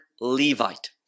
levite